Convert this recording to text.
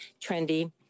trendy